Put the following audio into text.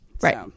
right